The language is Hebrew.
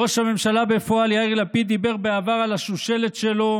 ראש הממשלה בפועל יאיר לפיד דיבר בעבר על השושלת שלו,